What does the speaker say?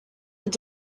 that